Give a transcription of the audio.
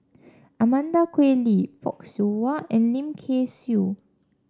Amanda Koe Lee Fock Siew Wah and Lim Kay Siu